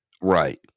right